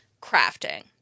crafting